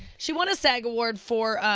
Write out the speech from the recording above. she won a sag award for